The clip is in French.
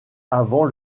avant